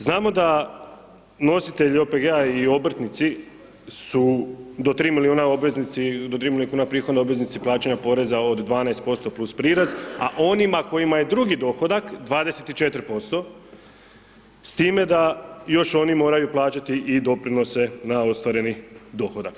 Znamo da nositelji OPG-a i obrtnici su do 3 milijuna obveznici do ... prihoda obveznici plaćanja poreza od 12% plus prirez a onima kojima je drugi dohodak 24% s time da još oni moraju plaćati i doprinose na ostvareni dohodak.